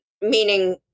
meaning